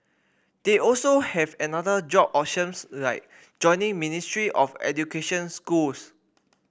they also have another job options like joining Ministry of Education schools